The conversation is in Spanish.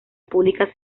república